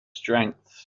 strengths